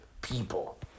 people